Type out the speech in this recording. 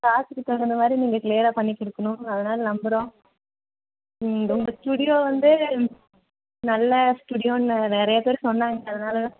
காசுக்கு தகுந்த மாதிரி நீங்கள் க்ளியராக பண்ணி கொடுக்கணும் அதனால் நம்புகிறோம் உங்கள் ஸ்டுடியோ வந்து நல்ல ஸ்டுடியோன்ன நிறைய பேர் சொன்னாங்க அதனால்